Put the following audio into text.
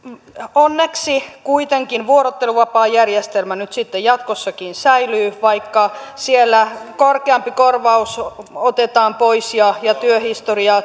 onneksi kuitenkin vuorotteluvapaajärjestelmä nyt sitten jatkossakin säilyy vaikka korkeampi korvaus otetaan pois ja ja työhistoriaa